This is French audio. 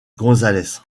gonzalez